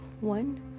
One